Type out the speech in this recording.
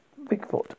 Bigfoot